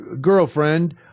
girlfriend